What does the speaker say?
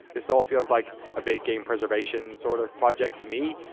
this all feels like a big game preservation sort of project to me.